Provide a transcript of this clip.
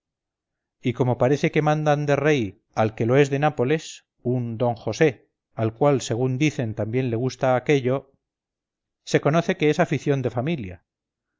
y como parece que mandan de rey al que lo es de nápoles un d josé al cual según dicen también le gusta aquello se conoce que es afición de familia